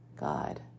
God